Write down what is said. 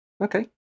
okay